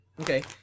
Okay